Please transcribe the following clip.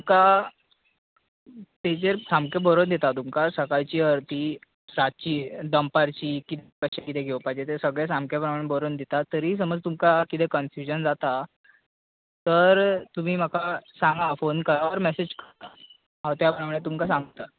तुमका पॅजीर सामकें बरोवन दिता तुमकां सकाळची अर्दी सांजची दनपारची कितें कशें तितें घेवपाचें तें सगळें सारकें प्रमाणे बरोवन दिता तरी समज तुमका कितें कनफ्यूजन जाता तर तुमी म्हाका सांगा फॉन करा ओर मॅसेज करा हांव त्या प्रमाणे तुमका सांगता